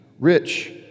rich